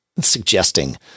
suggesting